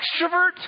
extrovert